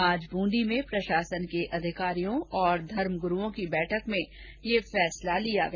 आज ब्रंदी में प्रशासन के अधिकारियों और धर्मगुरुओं की बैठक में ये फैसला किया गया